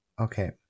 Okay